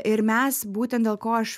ir mes būtent dėl ko aš